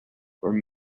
were